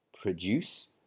produce